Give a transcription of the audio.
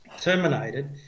terminated